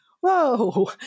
Whoa